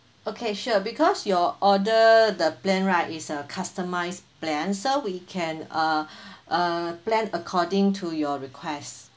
okay sure because your order the plan right is a customised plan so we can uh uh plan according to your request